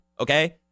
okay